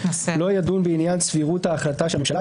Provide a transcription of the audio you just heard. לא ידון בעניין סבירות ההחלטה של הממשלה,